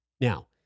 now